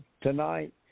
tonight